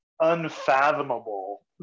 unfathomable